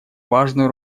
важную